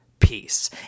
Peace